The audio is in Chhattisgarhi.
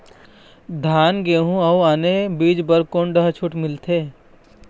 धान गेहूं अऊ आने बीज बर कोन डहर छूट मिलथे?